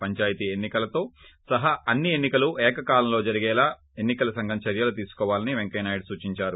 పందాయితీ వైన్ని కలతో సహా అన్ని ఎన్ని కలు ఏక కాలంలో జరిగేలా ఎన్ని కల సంఘం చర్యలు తీసుకోవాలని పెంకయ్యనాయుడు సూచించారు